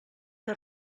que